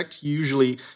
usually